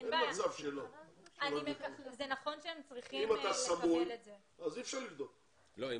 אם אתה סמוי, אי אפשר לבדוק.